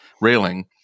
railing